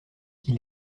qu’il